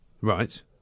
Right